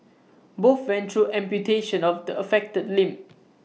both went through amputation of the affected limb